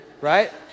Right